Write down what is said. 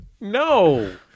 No